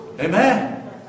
Amen